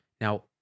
Now